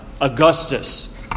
Augustus